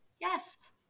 Yes